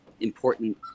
important